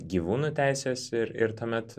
gyvūnų teisės ir ir tuomet